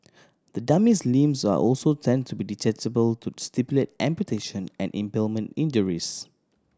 the dummy's limbs are also tend to be detachable to simulate amputation and impalement injuries